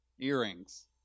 earrings